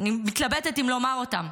מותר להמציא דברים, אני מתלבטת אם לומר אותם: